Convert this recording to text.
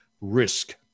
risk